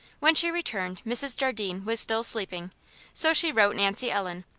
when she returned mrs. jardine was still sleeping so she wrote nancy ellen,